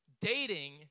dating